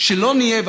שלא נהיה,